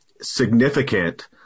significant